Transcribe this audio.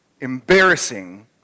embarrassing